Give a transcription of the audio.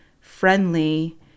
friendly